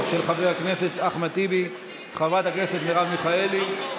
אין נמנעים.